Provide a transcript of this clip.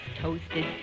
toasted